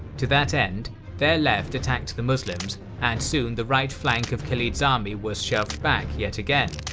to that end their left attacked the muslims and soon the right flank of khalid's army was shoved back yet again,